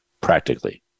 practically